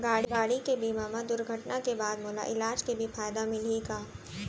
गाड़ी के बीमा मा दुर्घटना के बाद मोला इलाज के भी फायदा मिलही का?